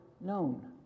known